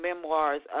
memoirs